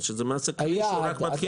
זה כלי שהוא רק מתחיל.